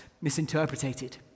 misinterpreted